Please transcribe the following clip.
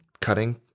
cutting